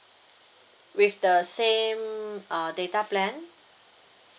with the same uh data plan